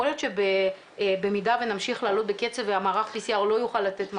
יכול להיות שבמידה ונמשיך לעלות בקצב ומערך ה-PCR לא יוכל לתת מענה,